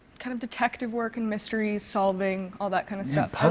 kind of detective work and mystery-solving. all that kind of stuff.